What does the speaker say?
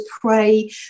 pray